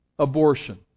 Abortion